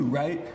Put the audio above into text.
right